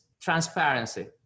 transparency